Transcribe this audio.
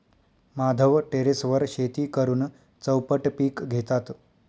माधव टेरेसवर शेती करून चौपट पीक घेतात